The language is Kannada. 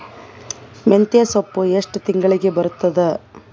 ಮೆಂತ್ಯ ಸೊಪ್ಪು ಎಷ್ಟು ತಿಂಗಳಿಗೆ ಬರುತ್ತದ?